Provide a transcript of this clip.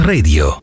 Radio